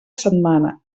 setmana